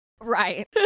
Right